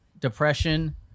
Depression